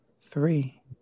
three